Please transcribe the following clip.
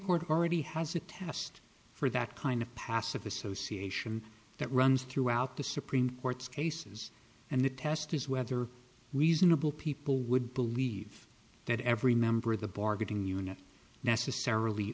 court already has a test for that kind of passive association that runs throughout the supreme court's cases and the test is whether reasonable people would believe that every member of the bargaining unit necessarily